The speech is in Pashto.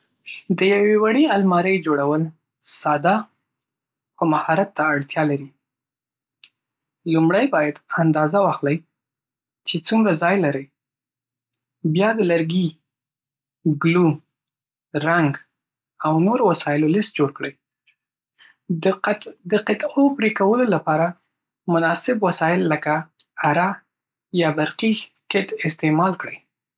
د یوې وړې المارۍ جوړول ساده خو مهارت ته اړتیا لري. لومړی باید اندازه واخلئ چې څومره ځای لری. بیا د لرګي، ګلو، رنګ او نورو وسایلو لېست جوړ کړئ. د قط - قطعو پرېکولو لپاره مناسب وسایل لکه اره یا برقي کټ استعمال کړئ.